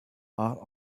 are